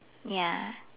ya